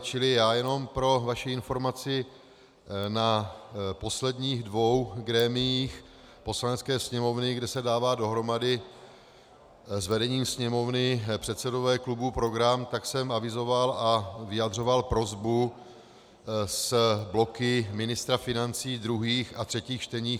Čili jenom pro vaši informaci, na posledních dvou grémiích Poslanecké sněmovny, kde se dává dohromady s vedením Sněmovny, předsedové klubů, program, tak jsem avizoval a vyjadřoval prosbu s bloky ministra financí druhých a třetích čtení.